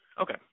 Okay